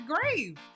grave